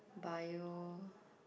bio